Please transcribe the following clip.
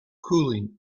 cooling